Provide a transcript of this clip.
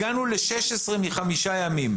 הגענו ל-16 מחמישה ימים.